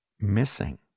missing